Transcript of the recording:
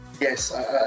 Yes